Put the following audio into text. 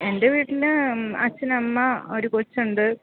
എന്റെ വീട്ടിൽ അച്ഛൻ അമ്മ ഒരു കൊച്ചുണ്ട്